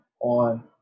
on